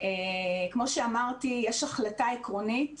כמו שאמרתי, יש החלטה עקרונית